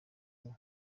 you